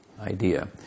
idea